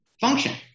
function